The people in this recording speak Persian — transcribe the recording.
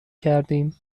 کردیم